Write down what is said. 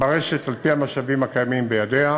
ברשת על-פי המשאבים הקיימים בידיה,